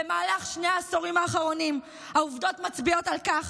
במהלך שני העשורים האחרונים העובדות מצביעות על כך